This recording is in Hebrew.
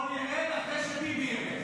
הכול ירד אחרי שביבי ירד.